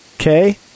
Okay